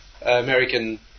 American